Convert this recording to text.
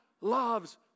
loves